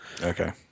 Okay